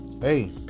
hey